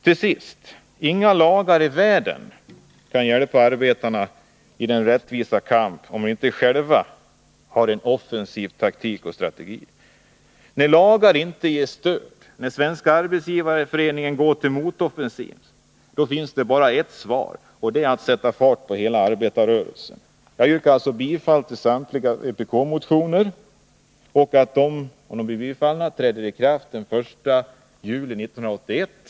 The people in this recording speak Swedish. Inga lagar i världen kan hjälpa arbetarna i deras kamp för rättvisa, om de inte själva har en offensiv taktik och strategi. När lagarna inte ger arbetarna något stöd och när SAF går till motoffensiv, då finns det bara en sak att göra, nämligen att sätta fart på hela arbetarrörelsen. Fru talman! Jag yrkar bifall till samtliga vpk-motioner och hemställer att de, om de bifalles, träder i kraft den 1 juli 1981.